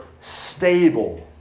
stable